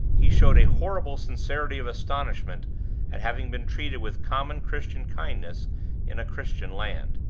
he showed a horrible sincerity of astonishment at having been treated with common christian kindness in a christian land.